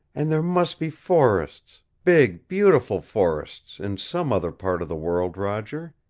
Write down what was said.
and there must be forests, big, beautiful forests, in some other part of the world, roger.